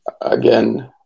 again